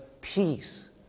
peace